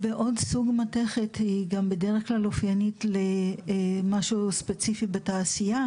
ועוד סוג מתכת שהיא גם בדרך כלל אופיינית למשהו ספציפית בתעשייה,